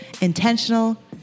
intentional